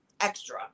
extra